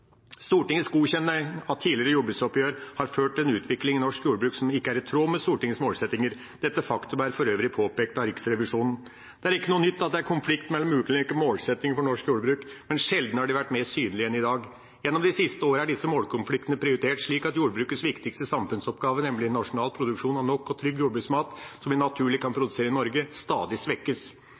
Stortingets godkjenning av tidligere jordbruksoppgjør har ført til en utvikling i norsk jordbruk som ikke er i tråd med Stortingets målsettinger. Dette faktum er for øvrig påpekt av Riksrevisjonen. Det er ikke noe nytt at det er konflikt mellom ulike målsettinger for norsk jordbruk, men sjelden har det vært mer synlig enn i dag. Gjennom de siste årene er disse målkonfliktene prioritert slik at jordbrukets viktigste samfunnsoppgave, nemlig nasjonal produksjon av nok og trygg jordbruksmat som vi naturlig kan produsere i Norge, stadig svekkes.